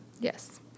Yes